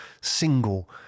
single